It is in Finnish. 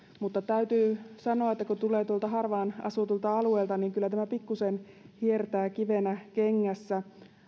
mutta täytyy sanoa että kun tulee tuolta harvaan asutulta alueelta niin kyllä tämä pikkusen hiertää kivenä kengässä